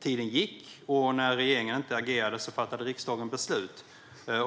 Tiden gick, och när regeringen inte agerade fattade riksdagen beslut